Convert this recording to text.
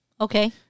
Okay